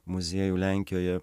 muziejų lenkijoje